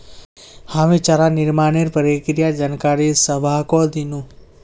हामी चारा निर्माणेर प्रक्रियार जानकारी सबाहको दिनु